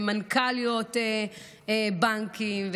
מנכ"ליות בנקים,